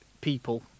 people